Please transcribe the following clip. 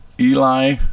Eli